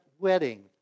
wedding